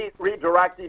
redirecting